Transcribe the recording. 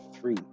three